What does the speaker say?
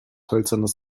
hölzernes